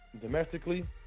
Domestically